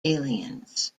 aliens